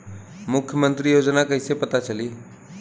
मुख्यमंत्री योजना कइसे पता चली?